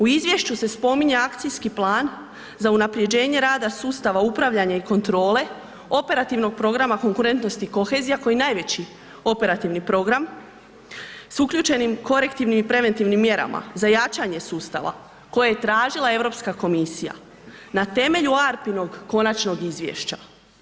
U izvješću se spominje akcijski plan za unapređenje rada sustava upravljanja i kontrole operativnog programa konkurentnosti i kohezija koji je najveći operativni program sa uključenim korektivnim i preventivnim mjerama za jačanje sustava koje je tražila Europska komisija na temelju ARPA-inog konačnog izvješća.